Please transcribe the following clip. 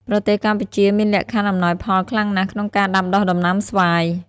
ប្រទេសកម្ពុជាមានលក្ខខណ្ឌអំណោយផលខ្លាំងណាស់ក្នុងការដាំដុះដំណាំស្វាយ។